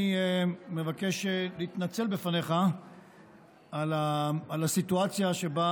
אני מבקש להתנצל בפניך על הסיטואציה שבה